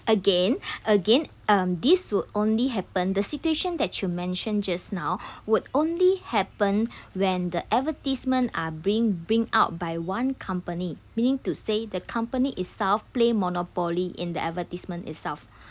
again again um this would only happen the situation that you mentioned just now would only happen when the advertisement are being bring out by one company meaning to say the company itself play monopoly in the advertisement itself